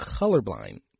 colorblind